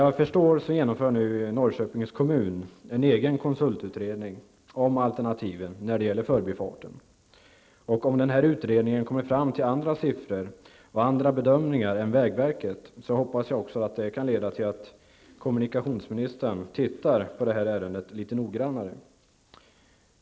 Jag förstår att Norrköpings kommun nu genomför en egen konsultutredning av alternativen när det gäller förbifarten. Om denna utredning kommer fram till andra siffror och andra bedömningar än vägverkets, hoppas jag att det kan leda till att kommunikationsministern ser över ärendet litet noggrannare.